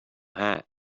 hat